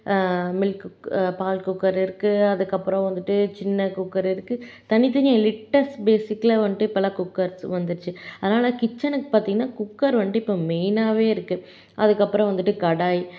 milk cook பால் cooker இருக்குது அதுக்கப்புறம் வந்துட்டு சின்ன குக்கர் இருக்குது தனித்தனியாக லிட்டர்ஸ் பேசிக்ல வந்துட்டு இப்போ குக்கர்ஸ் வந்துருச்சு அதனால் கிச்சனுக்கு பார்த்தீங்கன்னா குக்கர் வந்துட்டு இப்போ மெயினாகவே இருக்குது அதுக்கப்புறம் வந்துட்டு கடாய்